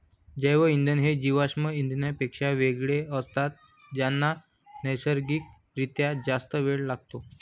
जैवइंधन हे जीवाश्म इंधनांपेक्षा वेगळे असतात ज्यांना नैसर्गिक रित्या जास्त वेळ लागतो